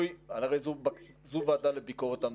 זו ועדה לביקורת המדינה.